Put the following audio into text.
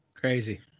Crazy